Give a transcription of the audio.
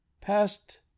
past